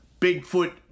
Bigfoot